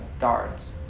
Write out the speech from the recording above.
guards